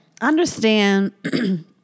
understand